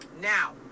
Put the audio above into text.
Now